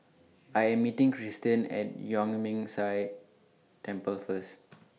I Am meeting Cristian At Yuan Ming Si Temple First